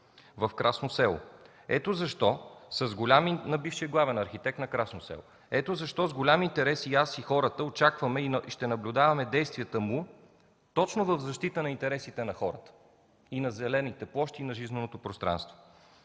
„Красно село“. Ето защо с голям интерес и аз, и хората очакваме и ще наблюдаваме действията му точно в защита интересите на хората, на зелените площи и на жизненото пространство.